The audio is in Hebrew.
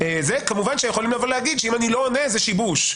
כמובן שיכולים לומר שאם אני לא עונה, זה שיבוש.